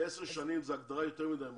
כי עשר שנים זו הגדרה יותר מדי מרחיבה.